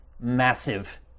massive